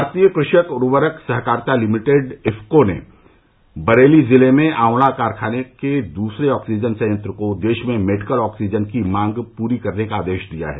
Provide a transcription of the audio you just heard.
भारतीय कृषक उर्वरक सहकारिता लिमिटेड इफ्को ने बरेली जिले में आंवला कारखाने के दूसरे ऑक्सीजन संयंत्र को देश में मेडिकल ऑक्सीजन की मांग पूरी करने का आदेश दिया है